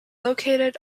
located